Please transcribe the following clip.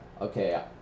Okay